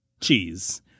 Cheese